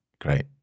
Great